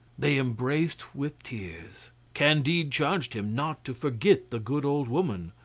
they embraced with tears candide charged him not to forget the good old woman.